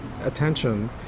attention